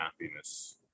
happiness